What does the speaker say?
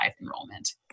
enrollment